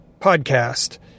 podcast